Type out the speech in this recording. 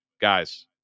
Guys